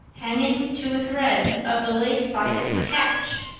hanging to a thread of the lace by its catch!